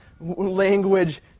language